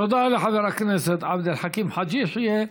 תודה לחבר הכנסת עבד אל חכים חאג' יחיא.